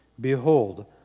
Behold